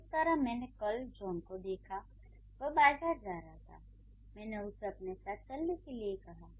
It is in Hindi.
कुछ इस तरह मैंने कल जॉन को देखा वह बाजार जा रहा था मैंने उसे अपने साथ चलने के लिए कहा